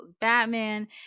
batman